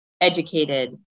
educated